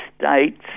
States